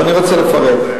ואני רוצה לפרט.